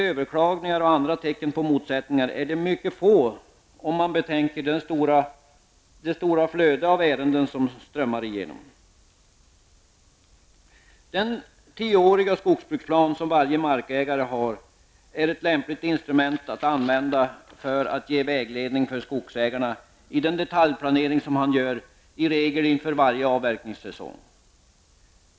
Överklaganden och andra tecken på motsättningar är utomordentligt få, om man betänker det stora flödet av ärenden som strömmar igenom. Den tioåriga skogsbruksplan som varje markägare har är ett lämpligt instrument att använda för att ge vägledning för skogsägarna i den detaljplanering som man i regel gör inför varje avverkningssäsong.